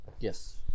yes